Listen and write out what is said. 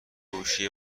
گوشی